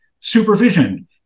supervision